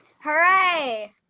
Hooray